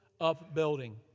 upbuilding